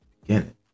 beginning